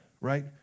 right